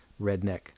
Redneck